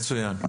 מצוין.